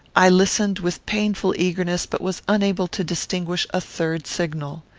i listened with painful eagerness, but was unable to distinguish a third signal.